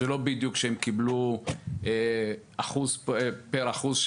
זה לא בדיוק שהם קיבלו פר אחוז,